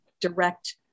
direct